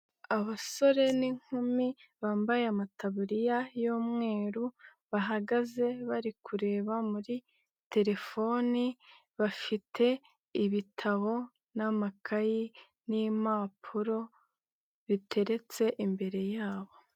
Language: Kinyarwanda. Abasore n'inkumi bambaye amataburiya y'umweru bahagaze bari kureba muri telefoni bafite ibitabo n'amakayi n'impapuro biteretse imbere yabo.